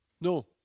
No